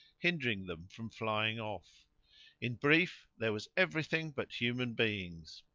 hindering them from flying off in brief there was everything but human beings.